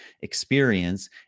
experience